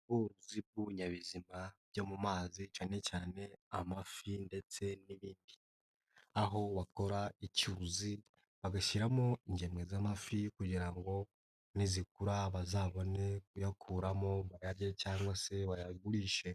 Ubworozi bw'ibinyabizima byo mu mazi cyane cyane amafi ndetse n'ibindi, aho bakora icyuzi bagashyiramo ingemwe z'amafi kugira ngo nizikura bazabone kuyakuramo bayarye cyangwa se bayagurishe.